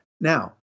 Now